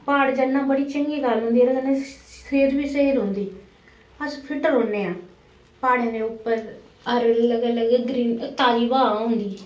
प्हाड़ चढ़ना बड़ी चंगी गल्ल होंदी ऐ एह्दे कन्नै सेह्त बी स्हेई रौंह्दी अस फिट्ट रौह्न्ने आं प्हाड़ें दे उप्पर हर बेल्लै अलग अलग ग्री ताज़ी हवा होंदी